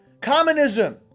Communism